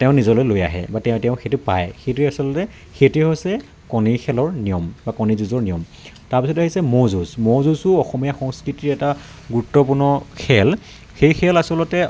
তেওঁ নিজলৈ লৈ আহে বা তেওঁ তেওঁ সেইটো পায় সেইটোৱেই আচলতে সেইটোৱে হৈছে কণী খেলৰ নিয়ম বা কণী যুঁজৰ নিয়ম তাৰ পিছতে আহিছে ম'হ যুঁজ ম'হ যুঁজো অসমীয়া সংস্কৃতিৰ এটা গুৰুত্বপূৰ্ণ খেল সেই খেল আচলতে